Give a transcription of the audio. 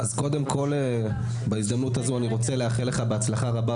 אז קודם כל בהזדמנות הזו אני רוצה לאחל לך בהצלחה רבה,